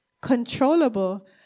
Controllable